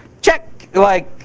check. like,